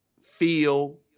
feel